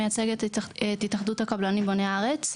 מייצגת את התאחדות הקבלנים בוני הארץ.